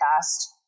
cast